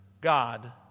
God